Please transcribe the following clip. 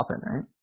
right